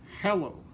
Hello